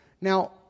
Now